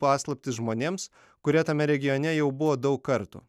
paslaptis žmonėms kurie tame regione jau buvo daug kartų